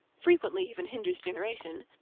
frequently even hinders generation,